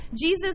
Jesus